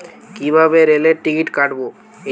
কিভাবে রেলের টিকিট কাটব?